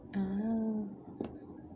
ah